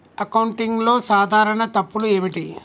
అకౌంటింగ్లో సాధారణ తప్పులు ఏమిటి?